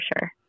sure